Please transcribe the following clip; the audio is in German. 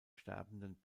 sterbenden